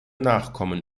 nachkommen